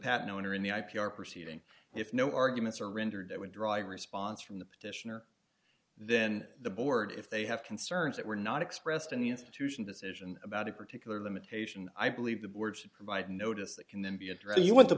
patent owner in the i p r proceeding if no arguments are rendered that would draw a response from the petitioner then the board if they have concerns that were not expressed in the institution decision about a particular limitation i believe the board should provide notice that can then be addressed if you want t